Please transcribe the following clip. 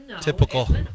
Typical